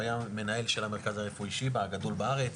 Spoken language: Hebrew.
הוא היה המנהל של המרכז הרפואי שיבא הגדול בארץ,